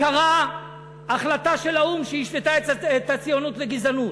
קרע החלטה של האו"ם שהשוותה את הציונות לגזענות.